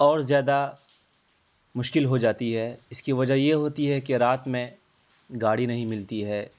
اور زیادہ مشکل ہو جاتی ہے اس کی وجہ یہ ہوتی ہے کہ رات میں گاڑی نہیں ملتی ہے